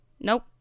Nope